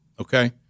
okay